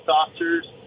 officers